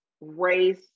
race